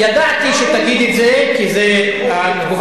לא היינו תומכים בשחרורו.